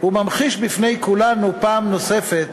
הוא ממחיש בפני כולנו פעם נוספת